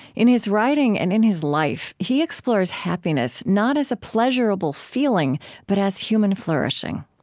in his writing and in his life, he explores happiness not as a pleasurable feeling but as human flourishing,